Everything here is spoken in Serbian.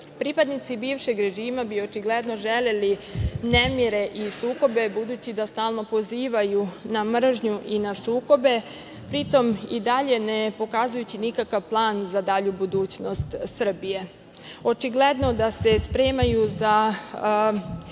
mestu. Pripadnici bivšeg režima bi očigledno želeli nemire i sukobe budući da stalno pozivaju na mržnju i na sukobe, pritom i dalje ne pokazujući nikakav plan za dalju budućnost Srbije. Očigledno da se spremaju za